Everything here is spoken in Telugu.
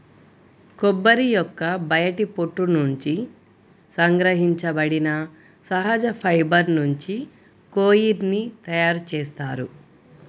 కొబ్బరి యొక్క బయటి పొట్టు నుండి సంగ్రహించబడిన సహజ ఫైబర్ నుంచి కోయిర్ ని తయారు చేస్తారు